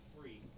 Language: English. free